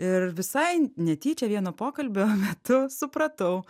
ir visai netyčia vieno pokalbio metu supratau